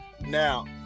now